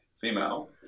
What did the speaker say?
female